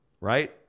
Right